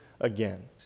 again